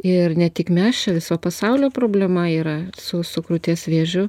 ir ne tik mes čia viso pasaulio problema yra su su krūties vėžiu